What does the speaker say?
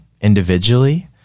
individually